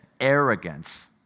arrogance